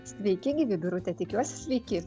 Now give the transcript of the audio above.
sveiki gyvi birute tikiuosi sveiki